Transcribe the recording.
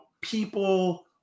people